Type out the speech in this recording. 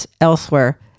elsewhere